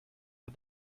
but